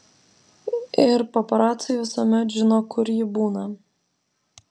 ir paparaciai visuomet žino kur ji būna